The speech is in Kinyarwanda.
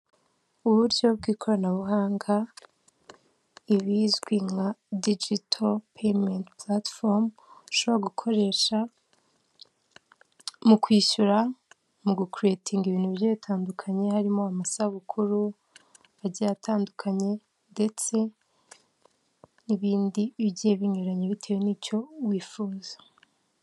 Uburyo bw'ikoranabuhanga, ibizwi nka dijito peyimenti puratifomu, ushobora gukoresha mu kwishyura, mu gukiriyetinga ibintu bitandukanye harimo amasabukuru agiye atandukanye ndetse n'ibindi bigiye binyuranye bitewe n'icyo wifuza.